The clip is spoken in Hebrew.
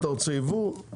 אתה רוצה ייבוא,